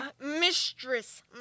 Mistress